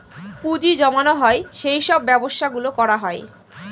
পুঁজি জমানো হয় সেই সব ব্যবসা গুলো করা হয়